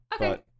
Okay